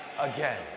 again